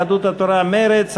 יהדות התורה ומרצ.